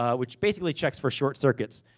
ah which, basically checks for short circuits.